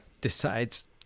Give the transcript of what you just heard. decides